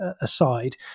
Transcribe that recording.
aside